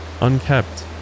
unkept